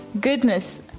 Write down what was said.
goodness